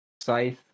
Scythe